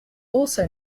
also